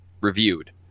reviewed